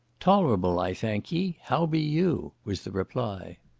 tolerable, i thank ye, how be you? was the reply.